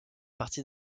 partie